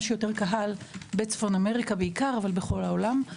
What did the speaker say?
שיותר קהל בעיקר בצפון אמריקה בעיקר אך בכל העולם.